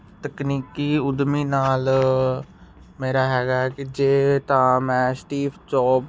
ਤਕਨੀਕੀ ਉਦਮੀ ਨਾਲ ਮੇਰਾ ਹੈਗਾ ਕਿ ਜੇ ਤਾਂ ਮੈਂ ਸਟੀਫ ਚੋਪ